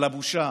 אבל הבושה,